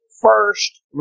first